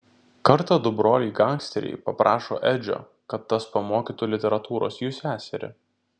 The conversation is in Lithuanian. kartą du broliai gangsteriai paprašo edžio kad tas pamokytų literatūros jų seserį